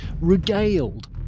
regaled